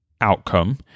outcome